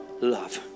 love